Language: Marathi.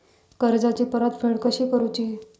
कर्जाची परतफेड कशी करूची?